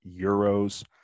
euros